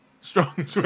strong